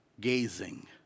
gazing